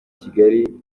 kigali